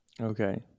Okay